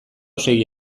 segi